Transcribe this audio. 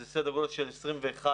זה סדר-גודל ש 21%